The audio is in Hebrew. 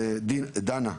דנה?